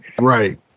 Right